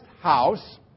house